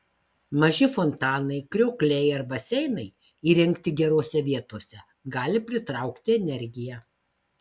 maži fontanai kriokliai ar baseinai įrengti gerose vietose gali pritraukti energiją